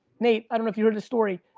nate, i don't know if you heard the story,